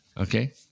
Okay